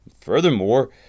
Furthermore